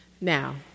Now